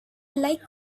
like